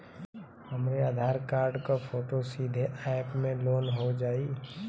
हमरे आधार कार्ड क फोटो सीधे यैप में लोनहो जाई?